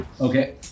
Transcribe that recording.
Okay